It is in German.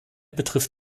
betrifft